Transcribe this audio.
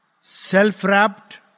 Self-wrapped